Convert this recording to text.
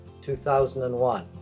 2001